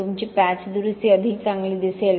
तुमची पॅच दुरुस्ती अधिक चांगली दिसेल